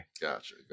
Gotcha